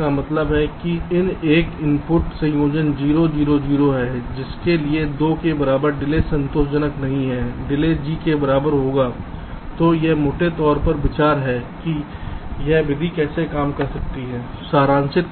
इसलिए डिले 2 के बाद इस 0 को 2 में स्थानांतरित कर दिया जाएगा इस 0 को 1 में स्थानांतरित कर दिया जाएगा इस 0 को 4 में स्थानांतरित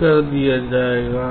कर दिया जाएगा